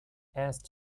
erst